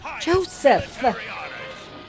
Joseph